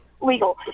legal